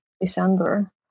December